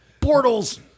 portals